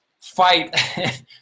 fight